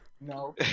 No